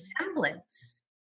semblance